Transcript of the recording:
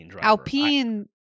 Alpine